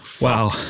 Wow